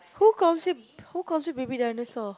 who calls you who calls you baby dinosaur